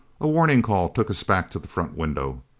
a warning call took us back to the front window.